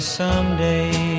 someday